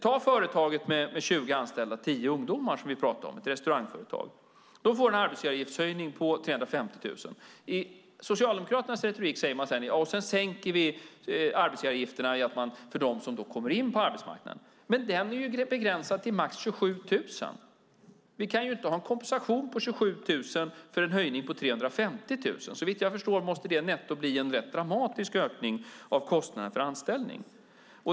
Ta till exempel ett företag med 20 anställda, varav 10 ungdomar, som vi pratade om, ett restaurangföretag! De får en arbetsgivaravgiftshöjning på 350 000 kronor. I Socialdemokraternas retorik säger man: Sedan sänker vi arbetsgivaravgifterna för dem som kommer in på arbetsmarknaden. Men den sänkningen är begränsad till 27 000 kronor. Vi kan inte ha en kompensation på 27 000 kronor för en höjning på 350 000 kronor. Såvitt jag förstår måste det netto bli en rätt dramatisk ökning av kostnaderna för anställning.